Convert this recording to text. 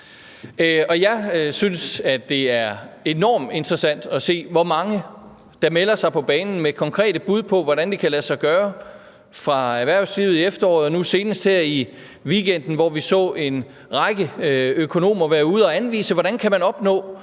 Jeg synes, at det er enormt interessant at se, hvor mange der melder sig på banen med konkrete bud på, hvordan det kan lade sig gøre, lige fra erhvervslivet i efteråret og nu senest her i weekenden, hvor vi så en række økonomer være ude at anvise, hvordan man kan opnå